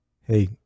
Hey